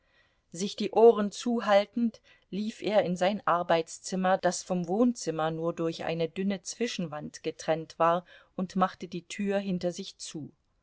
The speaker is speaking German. sich die ohren zuhaltend lief er in sein arbeitszimmer das vom wohnzimmer nur durch eine dünne zwischenwand getrennt war und machte die tür hinter sich zu